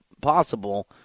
possible